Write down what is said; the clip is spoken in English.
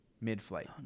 mid-flight